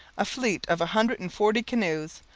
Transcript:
a fleet of a hundred and forty canoes,